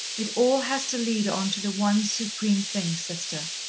it all has to lead on to the one supreme thing, sister,